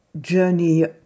journey